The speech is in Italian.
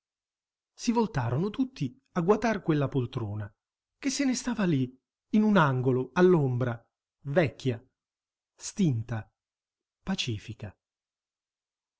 si voltarono tutti a guatar quella poltrona che se ne stava lì in un angolo all'ombra vecchia stinta pacifica